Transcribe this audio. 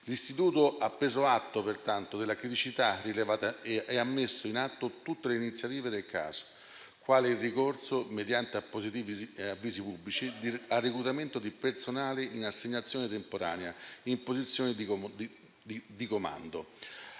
L'istituto ha preso atto, pertanto, della criticità rilevata e ha messo in atto tutte le iniziative del caso, quale il ricorso, mediante appositi avvisi pubblici, al reclutamento di personale in assegnazione temporanea in posizione di comando.